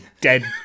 dead